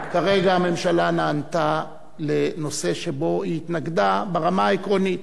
כרגע הממשלה נענתה לנושא שבו היא התנגדה ברמה העקרונית,